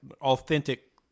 authentic